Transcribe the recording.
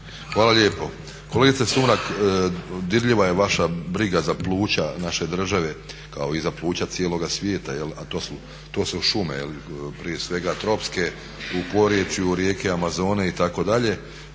Hvala lijepo. Kolegice Sumrak, dirljiva je vaša briga za pluća naše države, kao i za pluća cijeloga svijeta, a to su šume, prije svega tropske u porječju rijeke Amazone itd.